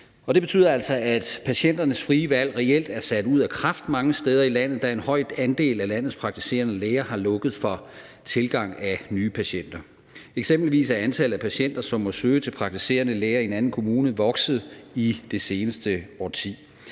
det betyder altså, at patienternes frie valg af læge reelt er sat ud af kraft mange steder i landet, da en høj andel af landets praktiserende læger har lukket for tilgangen af nye patienter. Eksempelvis er antallet af patienter, som må søge til praktiserende læger i en anden kommune, vokset i det seneste årti.